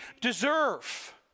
deserve